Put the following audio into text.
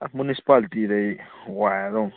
ꯑꯥ ꯃ꯭ꯌꯨꯅꯤꯁꯤꯄꯥꯂꯤꯇꯤꯗꯩ ꯋꯥꯏꯔꯗꯧꯅꯤ